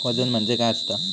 वजन म्हणजे काय असता?